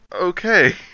Okay